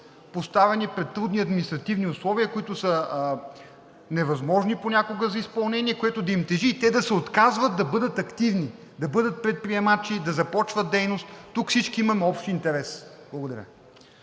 поставени пред трудни административни условия, които са невъзможни понякога за изпълнение, което да им тежи и те да се отказват да бъдат активни, да бъдат предприемачи, да започват дейност – тук всички имаме общ интерес. Благодаря.